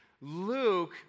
Luke